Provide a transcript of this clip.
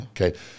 Okay